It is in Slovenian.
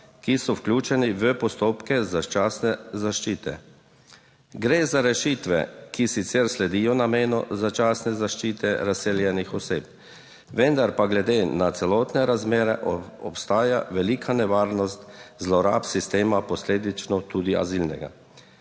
ki so vključeni v postopke začasne zaščite. Gre za rešitve, ki sicer sledijo namenu začasne zaščite razseljenih oseb, vendar pa glede na celotne razmere obstaja velika nevarnost zlorab sistema, posledično tudi azilnega.